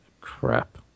crap